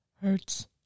hurts